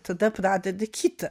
tada pradedi kitą